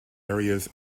areas